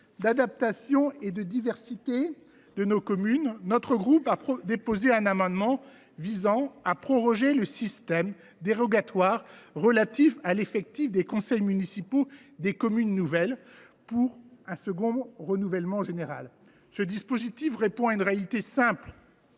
d’adaptation à la diversité de nos communes, mon groupe a déposé un amendement visant à proroger le système dérogatoire relatif à l’effectif des conseils municipaux des communes nouvelles jusqu’au second renouvellement général. Ce dispositif répond à une réalité simple